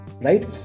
Right